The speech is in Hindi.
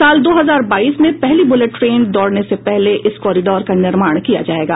साल दो हजार बाईस में पहली बुलेट ट्रेन दौड़ने से पहले इस कॉरिडोर का निर्माण किया जायेगा